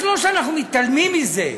אז לא שאנחנו מתעלמים מזה.